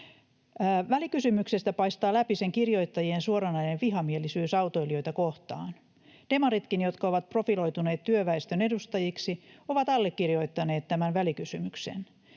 Välikysymyksestä paistaa läpi sen kirjoittajien suoranainen vihamielisyys autoilijoita kohtaan. Demaritkin, jotka ovat profiloituneet työväestön edustajiksi, ovat allekirjoittaneet tämän välikysymyksen.